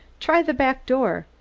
try the back door,